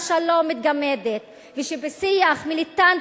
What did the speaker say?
נוח לך שהחשיבות של השלום מתגמדת ושבשיח מיליטנטי